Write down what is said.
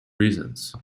reasons